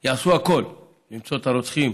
יעשו הכול למצוא את הרוצחים